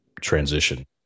transition